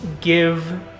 give